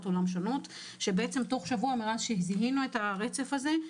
עולם שונות תוך שבוע מאז שזיהינו את הרצף הזה.